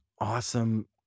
awesome